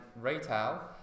retail